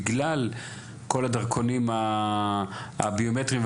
בגלל כל הדרכונים הביומטריים,